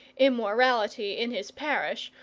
immorality in his parish,